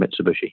Mitsubishi